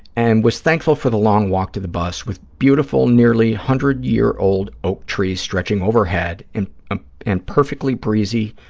and was thankful for the long walk to the bus with beautiful nearly one hundred year old oak trees stretching overhead and ah and perfectly breezy,